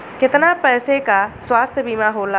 कितना पैसे का स्वास्थ्य बीमा होला?